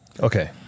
Okay